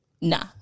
Nah